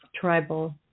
Tribal